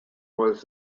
was